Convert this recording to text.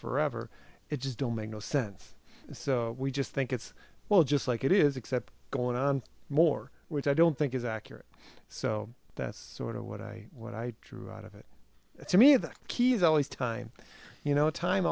forever it just don't make no sense so we just think it's well just like it is except going on more which i don't think is accurate so that's sort of what i what i drew out of it to me the key is always time you know time